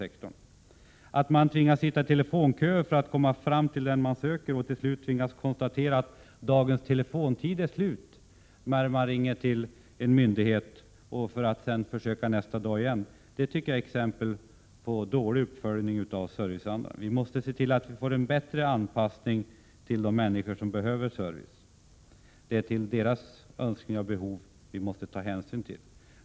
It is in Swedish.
Att människor tvingas sitta i telefonkö för att komma fram till den de söker, för att till slut vara tvungna att konstatera att dagens telefontid är slut, när de ringer till en myndighet — och sedan få lov att försöka nästa dag igen — är också exempel på dålig uppföljning av serviceandan. Vi måste se till att få bättre anpassning till de människor som behöver service. Det är deras önskningar och behov som vi måste ta hänsyn till.